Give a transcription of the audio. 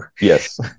Yes